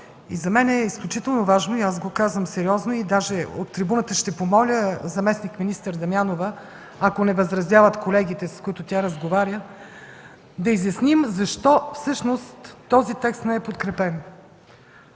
За мен е изключително важно, казвам го сериозно и даже от трибуната ще помоля заместник-министър Дамянова, ако не възразяват колегите, с които тя разговаря, да изясним защо всъщност този текст не е подкрепен.